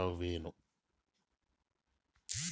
ಅವಾಯೇನು?